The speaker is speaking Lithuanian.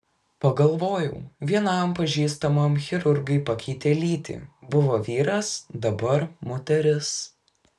pagalvojau vienam pažįstamam chirurgai pakeitė lytį buvo vyras dabar moteris